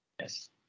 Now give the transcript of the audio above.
yes